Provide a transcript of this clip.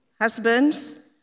husbands